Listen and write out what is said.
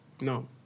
No